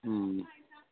हुँ